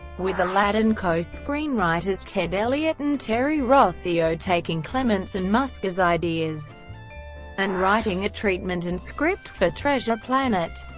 with aladdin co-screenwriters ted elliott and terry rossio taking clements and musker's ideas and writing a treatment and script for treasure planet.